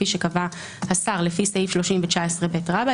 פירעון ושיקום כלכלי (תיקון מס' 4,